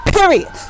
Period